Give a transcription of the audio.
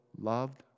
loved